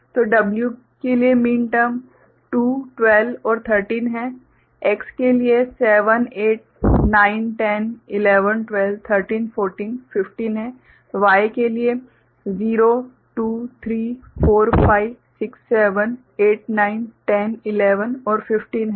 तो W को 2 12 13 मिला है X को 7 8 9 10 11 12 13 14 15 Y को 0 2 3 4 5 6 7 8 9 10 11 15 मिला है और Z को ये मीन -टर्म 1 2 8 12 13 मिले है ठीक है